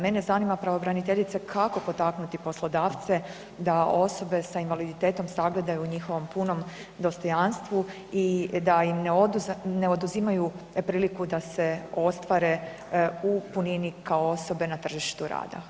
Mene zanima, pravobraniteljice, kako potaknuti poslodavce, da osobe sa invaliditetom sagledaju u njihovom punom dostojanstvu i da im ne oduzimaju priliku da se ostvare u punini kao osobe na tržištu rada.